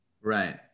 Right